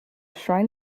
shrine